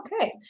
Okay